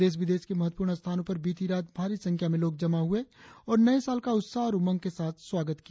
देश विदेश के महत्वपूर्ण स्थानों पर बीती रात भारी संख्या में लोग जमा हुए और नए साल का उत्साह और उमंग के साथ स्वागत किया